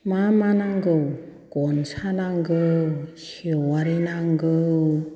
सि दानायाव मा मा नांगौ गनसा नांगौ सेवारि नांगौ